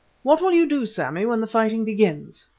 what will you do, sammy, when the fighting begins?